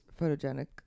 photogenic